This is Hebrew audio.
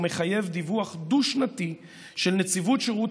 הוא מחייב דיווח דו-שנתי של נציבות שירות